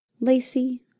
Lacey